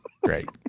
Great